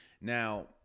Now